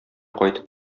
кайтып